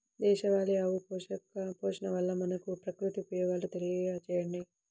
దేశవాళీ ఆవు పోషణ వల్ల మనకు, ప్రకృతికి ఉపయోగాలు తెలియచేయండి?